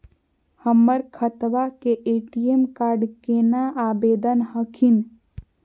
हमर खतवा के ए.टी.एम कार्ड केना आवेदन हखिन?